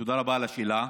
תודה רבה על השאלה.